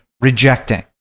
rejecting